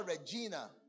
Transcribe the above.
Regina